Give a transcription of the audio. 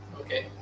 Okay